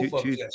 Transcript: two